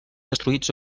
destruïts